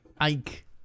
Ike